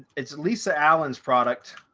it's lisa allen's product.